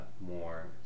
more